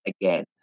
again